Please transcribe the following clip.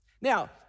Now